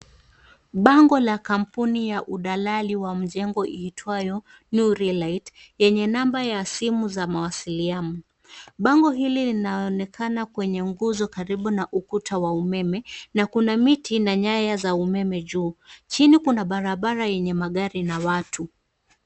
Bango la kampuni ya udalali wa mjengo uitwayo new relight yenye namba za simu za mawasiliano. Bango hili linaonekana kwenye nguzo karibu na ukuta wa umeme na kuna miti na nyaya za umeme juu. Chini kuna barabara yenye magari na watu.